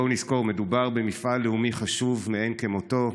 בואו נזכור: מדובר במפעל לאומי חשוב מאין כמותו.